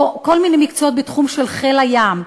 או כל מיני מקצועות בתחום של חיל הים,